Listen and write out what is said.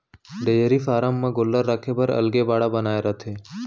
dairy farm म गोल्लर राखे बर अलगे बाड़ा बनाए रथें